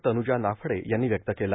तनुजा नाफडे यांनी व्यक्त केला